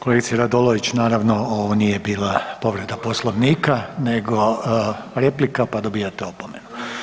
Kolegice Radolović, naravno ovo nije bila povreda Poslovnika nego replika, pa dobijate opomenu.